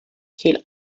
kiel